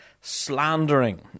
slandering